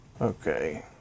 Okay